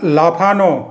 লাফানো